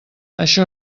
això